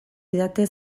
didate